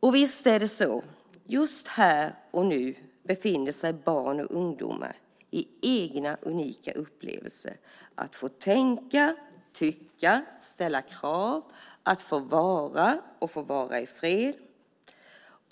Och visst är det så. Just här och nu befinner sig barn och ungdomar i egna unika upplevelser av att få tänka, tycka, ställa krav, att få vara och få vara i fred.